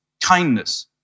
kindness